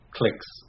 clicks